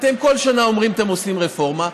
אתם כל שנה אומרים שאתם עושים רפורמה,